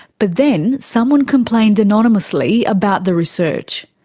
but then someone complained anonymously about the research.